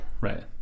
right